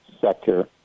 sector